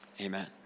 Amen